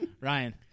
Ryan